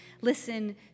listen